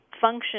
function